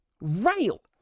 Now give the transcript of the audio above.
rail